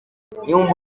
niwumva